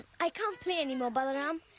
i can't play anymore, balaram.